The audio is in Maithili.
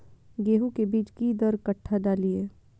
गेंहू के बीज कि दर कट्ठा डालिए?